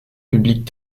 public